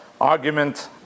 argument